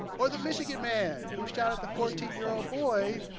or the michigan man who shot at the fourteen year old boy